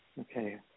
Okay